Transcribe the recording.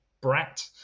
brat